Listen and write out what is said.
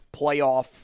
Playoff